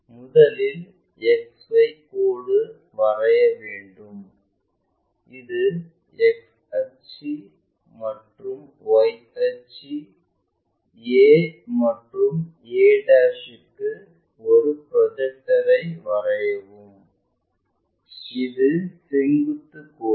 முதலில் XY கோடு வரைய வேண்டும் இது X அச்சு மற்றும் Y அச்சு a மற்றும் a க்கு ஒரு ப்ரொஜெக்டரை வரையவும் அது செங்குத்து கோடு